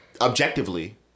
objectively